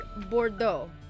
Bordeaux